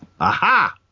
Aha